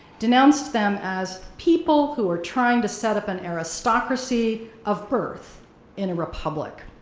denounced them as people who are trying to set up an aristocracy of birth in a republic.